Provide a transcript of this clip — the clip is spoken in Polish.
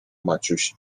maciuś